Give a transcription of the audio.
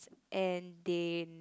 and they